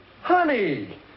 Honey